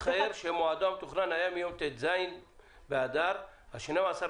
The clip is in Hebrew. שמועדו המתוכנן היה מיום ט"ז באדר התש"ף,